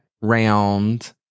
round